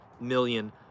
million